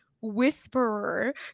whisperer